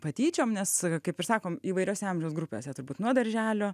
patyčiom nes kaip ir sakom įvairiose amžiaus grupėse turbūt nuo darželio